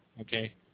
okay